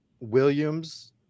Williams